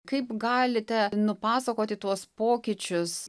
kaip galite nupasakoti tuos pokyčius